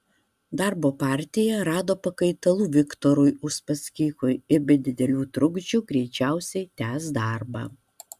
darbo partija rado pakaitalų viktorui uspaskichui ir be didelių trukdžių greičiausiai tęs darbą